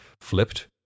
flipped